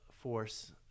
force